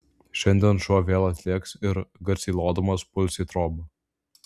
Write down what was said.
šiandien šuo vėl atlėks ir garsiai lodamas puls į trobą